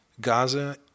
Gaza